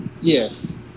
Yes